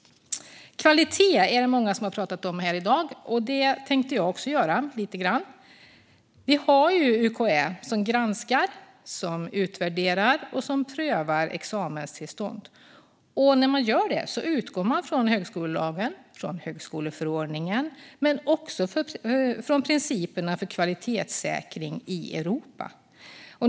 Det är många som har pratat om kvalitet här i dag, och det tänker jag också göra lite grann. Vi har ju UKÄ som granskar, som utvärderar och som prövar examenstillstånd, och när man gör det utgår man från högskolelagen och högskoleförordningen men också från principerna för kvalitetssäkring i Europa.